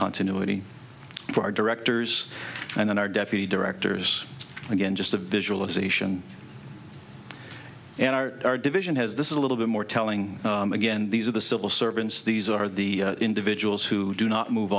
continuity our directors and our deputy directors again just the visualization and our division has this is a little bit more telling again these are the civil servants these are the individuals who do not move